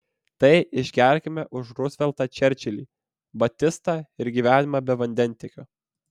tai išgerkime už ruzveltą čerčilį batistą ir gyvenimą be vandentiekio